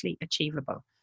achievable